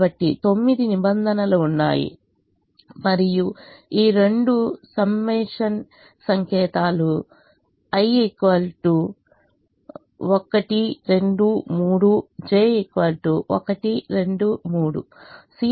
కాబట్టి తొమ్మిది నిబంధనలు ఉన్నాయి మరియు ఈ రెండు సమ్మషన్ సంకేతాలు i1 2 3 j 1 2 3